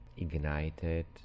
ignited